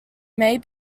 may